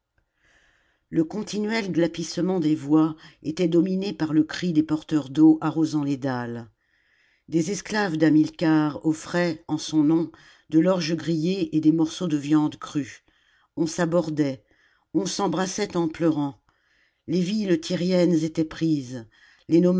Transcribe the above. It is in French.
le continuel glapissement des voix était dominé par le cri des porteurs d'eau arrosant les dalles des esclaves d'hamilcar offraient en son nom de l'orge grillée et des morceaux de viande crue on s'abordait on s'embrassait en pleurant les villes tyriennes étaient prises les